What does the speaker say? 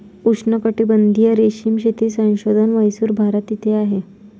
उष्णकटिबंधीय रेशीम शेती संशोधन म्हैसूर, भारत येथे आहे